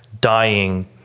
dying